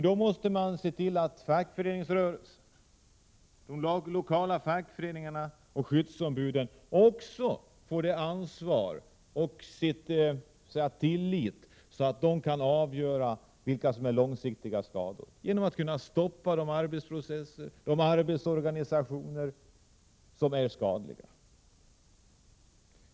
Då måste man se till att lokala fackföreningar och skyddsombud får ett sådant ansvar att de kan avgöra vad som är långsiktiga skador och därmed kan stoppa arbetsprocesser som är skadliga.